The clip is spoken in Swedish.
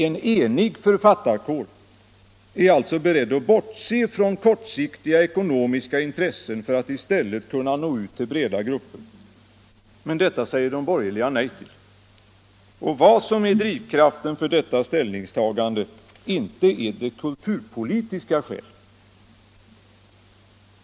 En enig författarkår är alltså beredd att bortse från kortsiktiga ekonomiska intressen för att i stället kunna nå ut till breda grupper, men detta säger de borgerliga nej till. Vad som än är drivkraften för detta ställningstagande, så inte är det kulturpolitiska skäl.